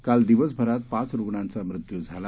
कालदिवसभरातपाचरूग्णांचामृत्यूझाला